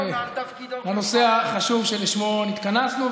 לנושא החשוב שלשמו נתכנסנו,